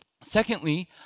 Secondly